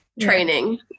training